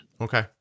Okay